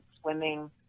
swimming